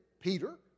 Peter